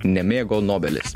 nemėgo nobelis